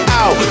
out